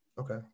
okay